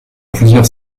plusieurs